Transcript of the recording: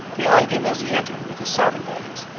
they eyed him as he entered with his saddle-bags,